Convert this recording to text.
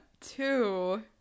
two